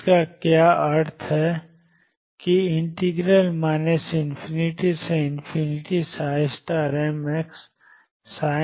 और इसका क्या अर्थ है ∞mxnxmn है